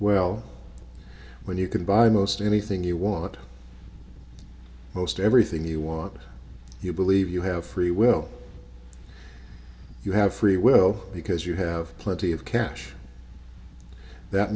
well when you can buy most anything you want most everything you want you believe you have free will you have free will because you have plenty of cash that